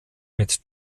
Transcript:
mit